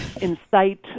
incite